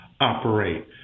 operate